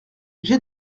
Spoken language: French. j’ai